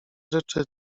rzeczy